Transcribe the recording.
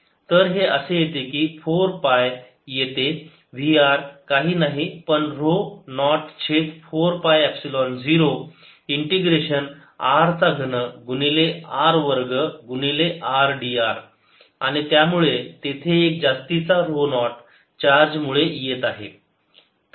तर हे असे येते की 4 पाय येते v r काही नाही पण ऱ्हो नॉट छेद 4 पाय एपसिलोन 0 इंटिग्रेशन r चा घन गुणिले r वर्ग गुणिले r d r आणि त्यामुळे तेथे एक जास्तीचा ऱ्हो नॉट चार्ज मुळे येत आहे